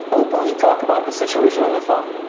openly talk about the situation on the phone.